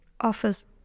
office